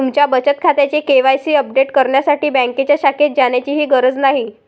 तुमच्या बचत खात्याचे के.वाय.सी अपडेट करण्यासाठी बँकेच्या शाखेत जाण्याचीही गरज नाही